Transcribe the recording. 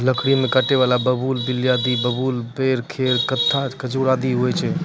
लकड़ी में कांटा वाला पेड़ बबूल, बिलायती बबूल, बेल, खैर, कत्था, खजूर आदि भी होय छै